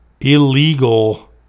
illegal